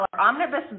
omnibus